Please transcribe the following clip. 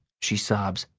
she sobs.